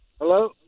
Hello